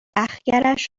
اَخگرش